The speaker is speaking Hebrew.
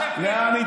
לך.